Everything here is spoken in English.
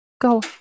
Go